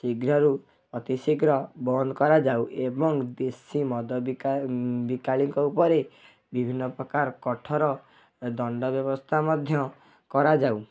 ଶୀଘ୍ରରୁ ଅତି ଶୀଘ୍ର ବନ୍ଦ କରାଯାଉ ଏବଂ ଦେଶୀ ମଦ ବିକାଳୀଙ୍କ ଉପରେ ବିଭିନ୍ନ ପ୍ରକାର କଠୋର ଦଣ୍ଡ ବ୍ୟବସ୍ଥା ମଧ୍ୟ କରାଯାଉ